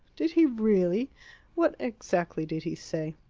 did he really what exactly did he say?